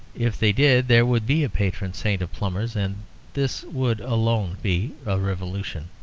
if they did there would be a patron saint of plumbers, and this would alone be a revolution,